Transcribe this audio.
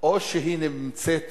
או שהיא נמצאת